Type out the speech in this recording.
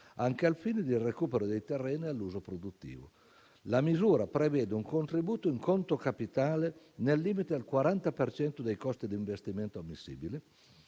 anche al fine del recupero dei terreni all'uso produttivo. La misura prevede un contributo in conto capitale, nel limite del 40 per cento dei costi di investimento ammissibili,